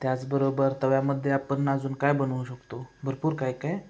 त्याचबरोबर तव्यामध्ये आपण अजून काय बनवू शकतो भरपूर काय काय